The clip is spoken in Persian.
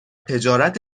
تجارت